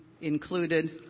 included